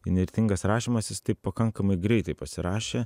įnirtingas rašymas jis taip pakankamai greitai pasirašė